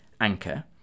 anchor